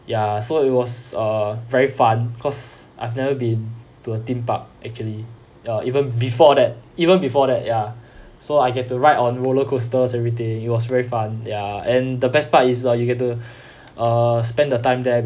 ya so it was uh very fun cause I've never been to a theme park actually uh even before that even before that ya so I get to ride on roller coasters everything it was very fun ya and the best part is the you get to uh spend the time there